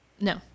No